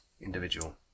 individual